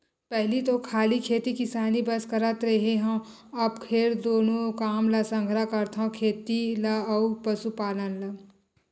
पहिली तो खाली खेती किसानी बस करत रेहे हँव, अब फेर दूनो काम ल संघरा करथव खेती ल अउ पसुपालन ल